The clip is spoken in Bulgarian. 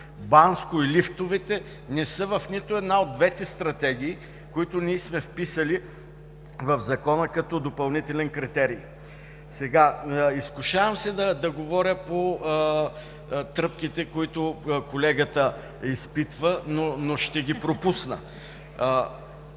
Банско и лифтовете не са в нито една от двете стратегии, които ние сме вписали в Закона като допълнителен критерий. Изкушавам се да говоря по тръпките, които колегата изпитва, но ще ги пропусна.